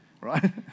Right